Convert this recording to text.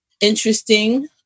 interesting